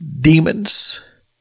demons